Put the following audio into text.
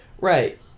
Right